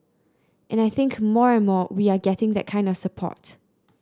and I think more and more we are getting that kind of support